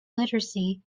literacy